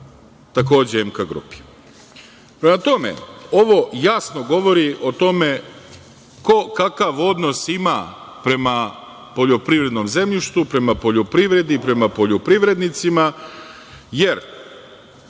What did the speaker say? takođe MK grupi. Prema tome, ovo jasno govori o tome ko kakav odnos ima prema poljoprivrednom zemljištu, prema poljoprivredi i prema poljoprivrednicima, jer